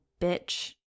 bitch